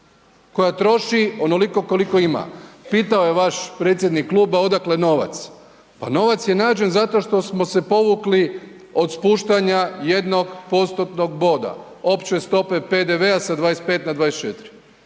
koja troši onoliko koliko ima, pitao je vaš predsjednik kluba odakle novac, pa novac je nađen zato što smo se povukli od spuštanja jednog postotnog boda, opće stope PDV-a sa 25 na 24